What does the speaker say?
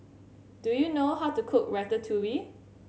do you know how to cook Ratatouille